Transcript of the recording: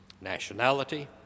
nationality